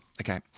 Okay